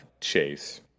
chase